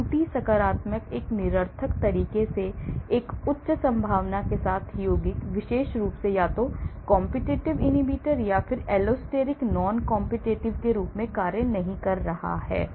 झूठी सकारात्मक एक निरर्थक तरीके से एक उच्च संभावना के साथ यौगिक यह बहुत विशेष रूप से या तो competitive inhibitor या allosteric non competitive के रूप में कार्य नहीं कर रहा है